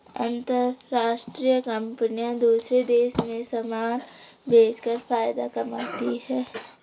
अंतरराष्ट्रीय कंपनियां दूसरे देशों में समान भेजकर फायदा कमाती हैं